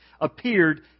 appeared